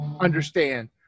understand